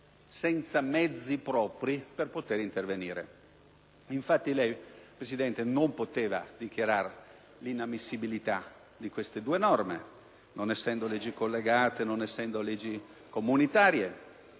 senza mezzi propri per poter intervenire. Infatti lei, Presidente, non poteva dichiarare l'inammissibilità di queste due norme, non trattandosi di disegno di legge collegato o di comunitaria;